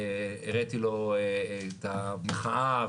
הראיתי לו את המחאה,